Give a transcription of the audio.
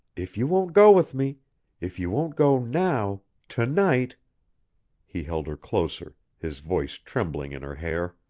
if you won't go with me if you won't go now to-night he held her closer, his voice trembling in her hair.